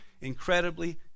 incredibly